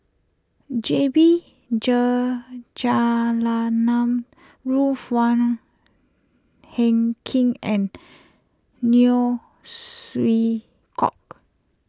J B Jeyaretnam Ruth Wong Hie King and Neo Chwee Kok